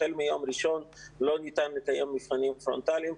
לפיו החל מיום ראשון לא ניתן לקיים מבחנים פרונטליים,